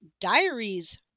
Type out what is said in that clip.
diaries